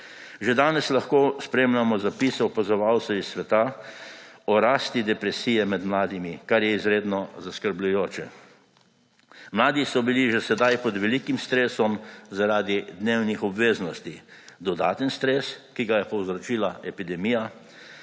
Že danes lahko spremljamo zapise opazovalcev iz sveta o rasti depresije med mladimi, kar je izredno zaskrbljujoče. Mladi so bili že sedaj pod velikim stresom zaradi dnevnih obveznosti, dodaten stres, ki ga je povzročila epidemija,